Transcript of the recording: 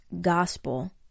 gospel